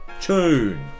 tune